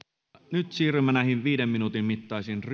nyt siirrymme viiden minuutin